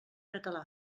català